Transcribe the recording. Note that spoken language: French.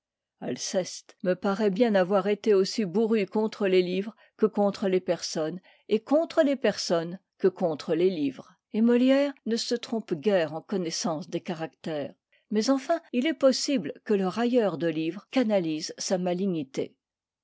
alceste me paraît bien avoir été aussi bourru contre les livres que contre les personnes et contre les personnes que contre les livres et molière ne se trompe guère en connaissance des caractères mais enfin il est possible que le railleur de livres canalise sa malignité